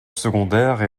secondaire